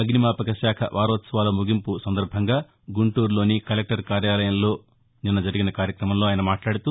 అగ్నిమాపక శాఖ వారోత్సవాల ముగింపు సందర్భంగా గుంటూరులోని కలెక్టర్ కార్యాలయంలో జరిగిన కార్యక్రమంలో ఆయన మాట్లాడుతూ